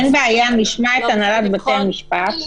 אין בעיה ונשמע את הנהלת בתי המשפט,